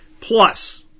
Plus